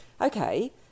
okay